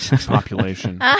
population